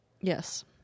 yes